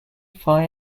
fire